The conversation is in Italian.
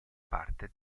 parte